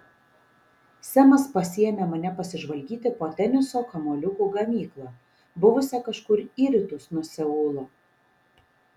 semas pasiėmė mane pasižvalgyti po teniso kamuoliukų gamyklą buvusią kažkur į rytus nuo seulo